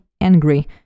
angry